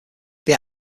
they